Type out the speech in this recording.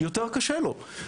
יותר קשה לו,